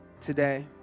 today